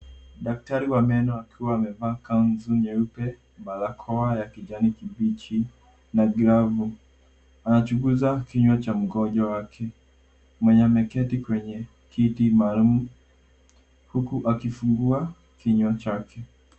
Daktari wa meno akiwa amevaa kanzu nyeupe, barakoa ya kijani kibichi na glovu anachunguza kinywa cha mgonjwa wake mwenye ameketi kwenye kiti maalum huku akifungua kinywa chake.